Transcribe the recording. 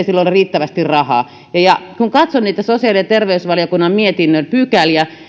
sillä ole riittävästi rahaa ja ja kun katson sosiaali ja terveysvaliokunnan mietinnön pykäliä